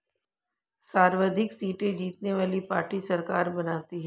सर्वाधिक सीटें जीतने वाली पार्टी सरकार बनाती है